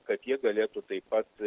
kad jie galėtų taip pat